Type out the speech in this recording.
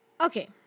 Okay